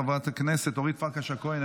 חברת הכנסת אורית פרקש הכהן,